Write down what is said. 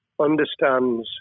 understands